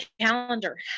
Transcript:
calendar